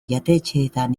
jatetxeetan